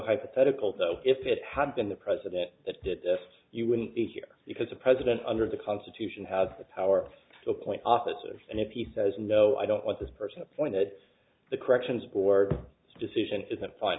hypothetical though if it had been the president that did this you wouldn't be here because the president under the constitution has the power of the point operative and if he says no i don't want this person appointed the corrections board decision is that fin